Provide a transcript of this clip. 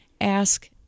ask